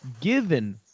given